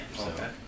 Okay